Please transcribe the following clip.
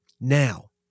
Now